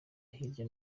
hirya